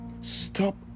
stop